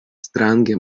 strange